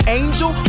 angel